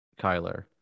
Kyler